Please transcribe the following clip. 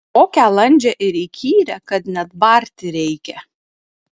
tokią landžią ir įkyrią kad net barti reikia